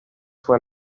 fue